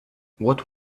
what